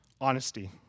Honesty